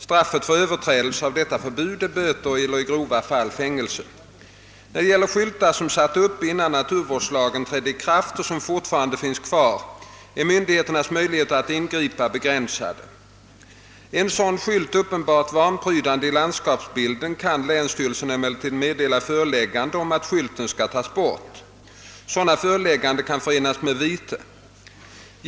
Straffet för överträdelse av detta förbud är böter eller i grova fall fängelse. När det gäller skyltar som satts upp innan naturvårdslagen trädde i kraft och som fortfarande finns kvar är myndigheternas möjligheter att ingripa begränsade. Är en sådan skylt uppenbart vanprydande i landskapsbilden, kan länsstyrelsen emellertid meddela föreläggande om att skylten skall tas bort. Sådant föreläggande kan förenas med vite.